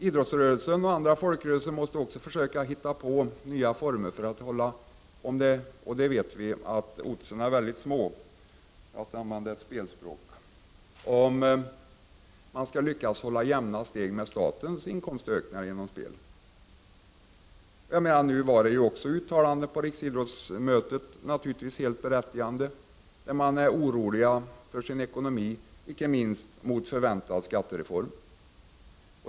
Idrottsrörelsen och andra folkrörelser måste ju försöka hitta på nya former för att lyckas hålla jämna steg med statens inkomstökningar genom spel. Vi vet ju att oddsen är mycket små — för att använda spelspråk. På riksidrottsmötet gjordes det också berättigade uttalanden där man uttryckte oro för sin ekonomi, icke minst mot bakgrund av den förväntade skattereformen.